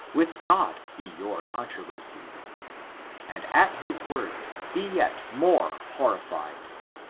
with god be your controversy and at his word be yet more horrified.